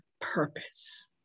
purpose